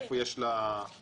מאיפה יש לה --- מתודולוגיה.